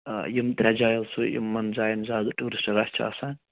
آ یِم ترٛےٚ جاے حظ چھِ یِمَن جایَن زیادٕ ٹیٛوٗرِسٹہٕ رش چھُ آسان